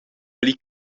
pli